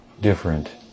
different